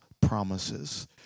promises